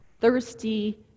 thirsty